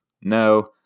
No